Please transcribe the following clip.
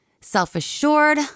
self-assured